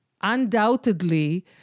undoubtedly